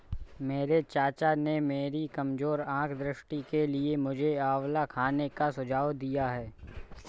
मेरे चाचा ने मेरी कमजोर आंख दृष्टि के लिए मुझे आंवला खाने का सुझाव दिया है